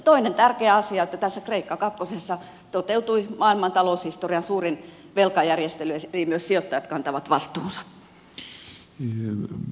toinen tärkeä asia on että tässä kreikka kakkosessa toteutui maailman taloushistorian suurin velkajärjestely ja niin myös sijoittajat kantavat vastuunsa